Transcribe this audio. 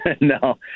No